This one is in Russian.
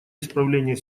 исправления